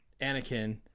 Anakin